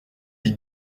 les